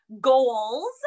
goals